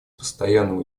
постоянного